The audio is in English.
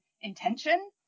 intention